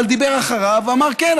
דיבר אחריו ואמר: כן,